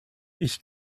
ich